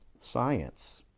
science